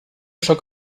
sóc